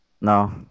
No